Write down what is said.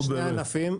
ענפים,